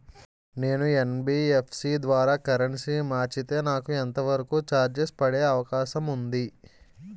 నేను యన్.బి.ఎఫ్.సి ద్వారా కరెన్సీ మార్చితే నాకు ఎంత వరకు చార్జెస్ పడే అవకాశం ఉంది?